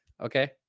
Okay